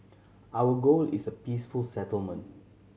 our goal is a peaceful settlement